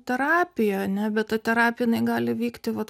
terapija ane bet ta terapija jinai gali vykti vat